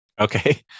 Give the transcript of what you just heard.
okay